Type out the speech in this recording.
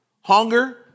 hunger